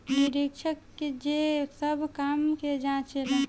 निरीक्षक जे सब काम के जांचे ला